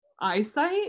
eyesight